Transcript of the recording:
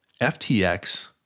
FTX